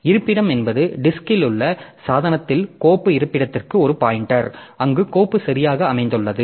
இருப்பிடம் என்பது டிஸ்க்ல் உள்ள சாதனத்தில் கோப்பு இருப்பிடத்திற்கு ஒரு பாய்ன்டெர் அங்கு கோப்பு சரியாக அமைந்துள்ளது